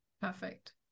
perfect